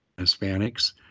Hispanics